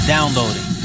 Downloading